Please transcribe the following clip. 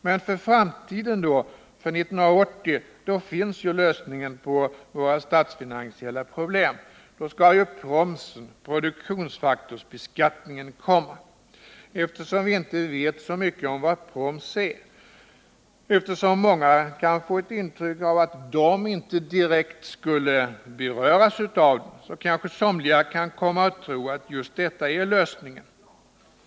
Men för framtiden — för 1980 — då finns ju lösningen på våra statsfinansiella problem? Då skall ju promsen, produktionsfaktorsbeskattningen, komma. Eftersom vi inte vet så mycket om vad proms är och eftersom många kan få ett intryck av att de inte skulle direkt beröras av promsen, kanske somliga kan komma att tro att just detta är lösningen.